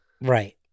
right